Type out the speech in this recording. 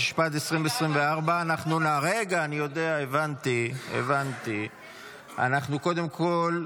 התשפ"ד 2024. קודם כול,